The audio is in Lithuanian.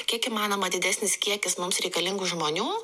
kiek įmanoma didesnis kiekis mums reikalingų žmonių